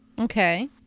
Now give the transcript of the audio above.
okay